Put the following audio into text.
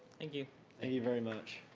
thank you you very much.